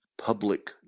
public